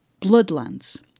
Bloodlands